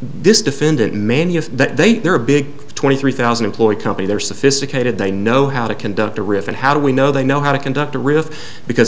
this defendant manuf that they they're a big twenty three thousand employee company they're sophisticated they know how to conduct a riff and how do we know they know how to conduct a risk because